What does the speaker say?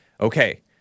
Okay